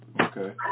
Okay